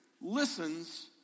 listens